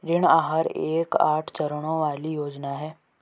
ऋण आहार एक आठ चरणों वाली योजना है